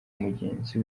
mugenzi